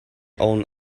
own